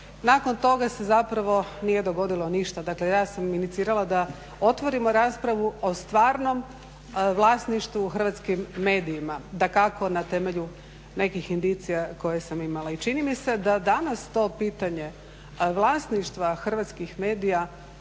Nakon toga se zapravo nije dogodilo ništa. Dakle, ja sam inicirala da otvorimo raspravu o stvarnom vlasništvu hrvatskim medijima, dakako na temelju nekih indicija koje sam imala. I čini mi se da danas to pitanje vlasništva hrvatskih medija